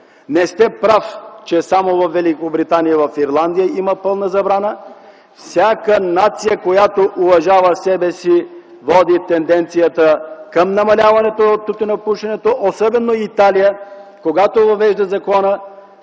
Не сте прав, че само във Великобритания и Ирландия има пълна забрана. Всяка нация, която уважава себе си, прокарва тенденцията към намаляването на тютюнопушенето, особено Италия. Там, когато се въвежда закона,